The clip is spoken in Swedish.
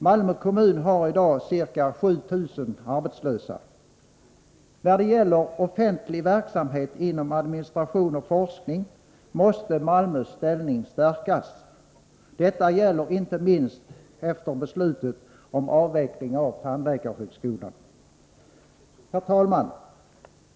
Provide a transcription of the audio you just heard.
Malmö kommun har i dag ca 7 000 arbetslösa. När det gäller offentlig verksamhet inom administration och forskning måste Malmös ställning stärkas. Detta gäller inte minst efter beslutet om avveckling av tandläkarhögskolan. Herr talman!